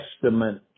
Testament